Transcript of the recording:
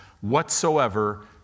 whatsoever